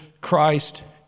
Christ